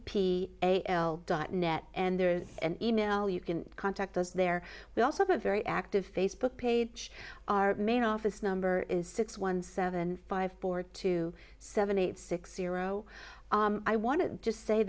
p l dot net and there's an email you can contact us there we also have very active facebook page our main office number is six one seven five four two seven eight six zero i want to